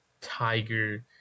Tiger